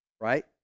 Right